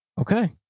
Okay